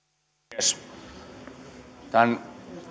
arvoisa rouva puhemies tämän